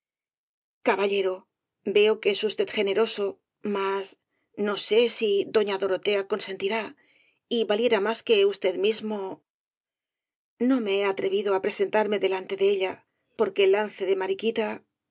caballero veo que es usted generoso mas no sé si doña dorotea consentirá y valiera más que usted mismo no me he atrevido á presentarme delante de ella por el lance de mariquita